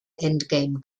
endgame